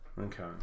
Okay